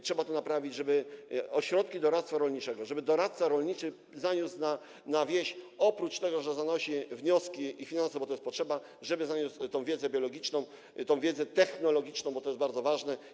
Trzeba to naprawić, żeby ośrodki doradztwa rolniczego, żeby doradca rolniczy zaniósł na wieś - oprócz tego, że zanosi wnioski i finanse, bo to jest potrzebne - wiedzę biologiczną, wiedzę technologiczną, bo to jest bardzo ważne.